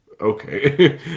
Okay